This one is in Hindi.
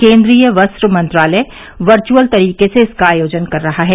केन्द्रीय वस्त्र मंत्रालय वर्युअल तरीके से इसका आयोजन कर रहा है